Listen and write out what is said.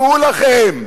נאמנים: דעו לכם,